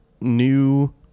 new